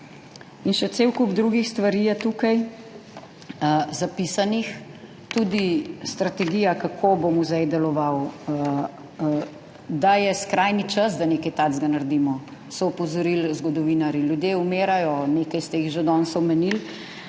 In še cel kup drugih stvari je tukaj zapisanih, tudi strategija, kako bo muzej deloval. Da je skrajni čas, da nekaj takega naredimo, so opozorili zgodovinarji. Ljudje umirajo, nekaj ste jih že danes omenili,